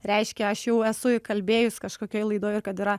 reiškia aš jau esu įkalbėjus kažkokioj laidoje kad yra